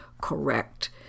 correct